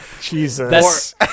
Jesus